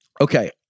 Okay